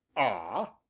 ah?